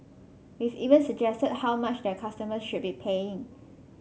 we've even suggested how much their customers should be paying